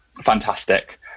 Fantastic